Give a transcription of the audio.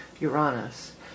Uranus